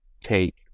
take